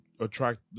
attract